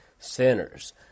sinners